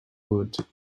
would